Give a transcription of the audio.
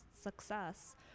success